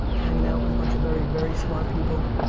hanging out with a bunch of very, very smart people.